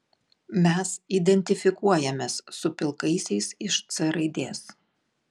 mes identifikuojamės su pilkaisiais iš c raidės